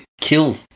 kill